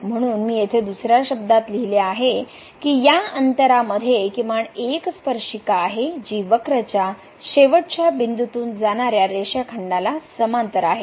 म्हणून मी येथे दुसर्या शब्दात लिहिले आहे की या अंतरा मध्ये किमान एक स्पर्शिका आहे जी वक्र च्या शेवटच्या बिंदूतून जाणाऱ्या रेषाखंडाला समांतर आहे